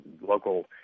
local